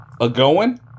a-going